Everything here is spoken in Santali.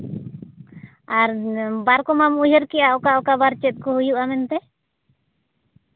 ᱟᱨ ᱵᱟᱨ ᱠᱚᱢᱟᱢ ᱩᱭᱦᱟᱹᱨ ᱠᱮᱜᱼᱟ ᱚᱠᱟ ᱚᱠᱟ ᱵᱟᱨ ᱪᱮᱫ ᱠᱚ ᱦᱩᱭᱩᱜᱼᱟ ᱢᱮᱱᱛᱮ